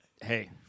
Hey